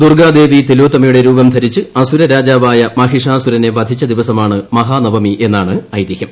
ദുർഗാദേവി തിലോത്തമയുടെ രൂപം ധർച്ച് അസൂര രാജാവായ മഹിഷാസൂരനെ വധിച്ച ദിവസമാണ് മഹാനവമി എന്നാണ് ഐതിഹ്യം